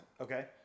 okay